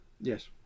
yes